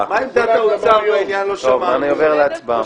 מה עמדת האוצר בעניין, לא שמענו.